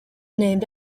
named